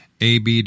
ABD